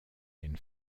den